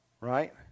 right